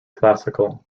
classical